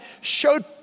showed